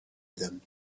them